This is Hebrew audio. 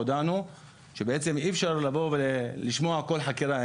הודענו שבעצם אי אפשר לשמוע כל חקירה,